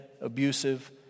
abusive